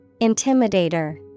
Intimidator